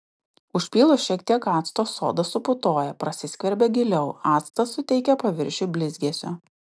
užpylus šiek tiek acto soda suputoja prasiskverbia giliau actas suteikia paviršiui blizgesio